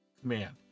command